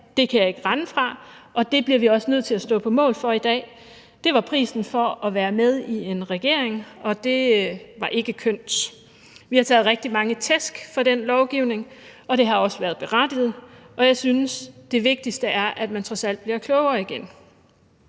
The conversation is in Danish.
det kan jeg ikke rende fra, og det bliver vi også nødt til at stå på mål for i dag. Det var prisen for at være med i en regering, og det var ikke kønt. Vi har taget rigtig mange tæsk for den lovgivning, og det har også været berettiget, og jeg synes, det vigtigste er, at man trods alt bliver klogere igen.